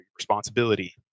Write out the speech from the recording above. responsibility